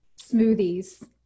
smoothies